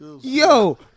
yo